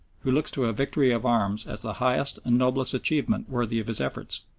who looks to a victory of arms as the highest and noblest achievement worthy of his efforts.